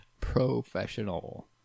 professional